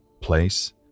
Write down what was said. place